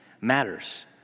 matters